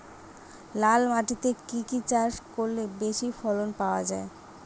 লাল মাটিতে কি কি চাষ করলে বেশি ফলন পাওয়া যায়?